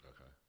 Okay